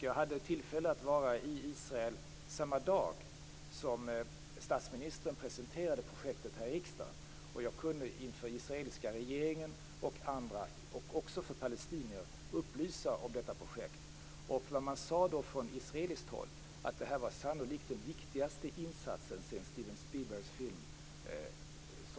Jag hade tillfälle att vara i Israel samma dag som statsministern presenterade projektet här i riksdagen, och jag kunde inför den israeliska regeringen och andra - också för palestinier - upplysa om detta projekt. Från israeliskt håll sade man att detta sannolikt var den viktigaste insatsen sedan Steven Spielbergs film.